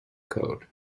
code